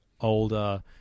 older